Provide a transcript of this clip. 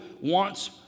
wants